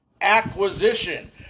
acquisition